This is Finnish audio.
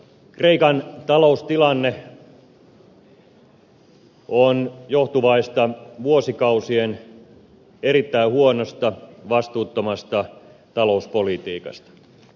kreikan taloustilanne on johtuvaista vuosikausien erittäin huonosta vastuuttomasta talouspolitiikasta